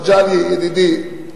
מגלי, ידידי,